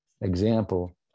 example